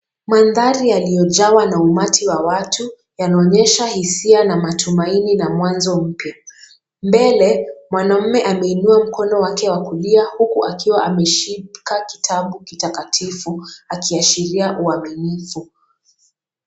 Mandhari yaliyojawa na umati wa watu yanaonyesha hisia na matumaini na mwanzo mpya. Mbele mwanaume ameinua mkono wake wa kulia huku akiwa ameshika kitabu kitakatifu akiashiria uaminifu.